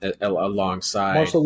alongside